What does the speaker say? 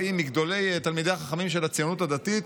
מגדולי תלמידי החכמים של הציונות הדתית.